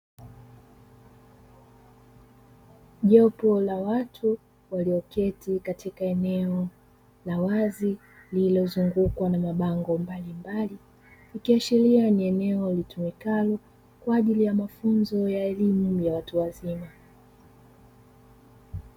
Jopo la watu walioketi katika eneo la wazi lililozungukwa na mabango mbalimbali, ikiashiria ni eneo litumikalo kwa ajili ya mafunzo ya elimu ya watu wazima.